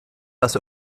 dass